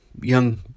young